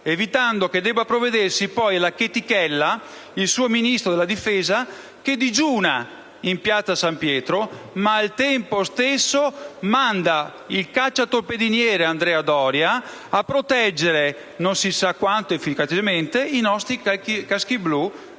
evitando che debba provvedervi poi alla chetichella il suo Ministro della difesa che digiuna in piazza San Pietro, ma al tempo stesso manda il cacciatorpediniere Andrea Doria a proteggere, non si sa quanto efficacemente, i nostri caschi blu